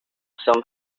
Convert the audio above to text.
some